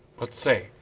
but say,